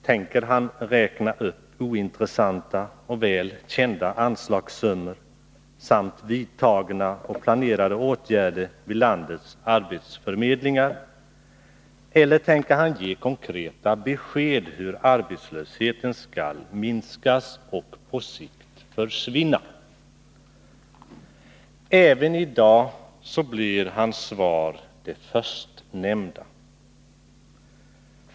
Tänker han räkna upp ointressanta och väl kända anslagssummor samt vidtagna och planerade åtgärder vid landets arbetsförmedlingar eller tänker han ge konkreta besked om hur arbetslösheten skall minskas och på sikt försvinna? Även i dag blir hans svar det förstnämnda.